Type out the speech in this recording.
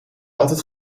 altijd